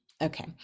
Okay